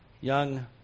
young